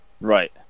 Right